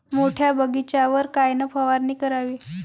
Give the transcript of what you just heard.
मोठ्या बगीचावर कायन फवारनी करावी?